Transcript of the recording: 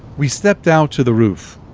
we stepped out to the roof.